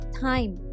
time